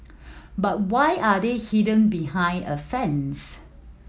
but why are they hidden behind a fence